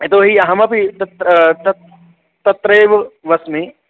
यतो हि अहमपि तत्र तत् तत्रैव वसामि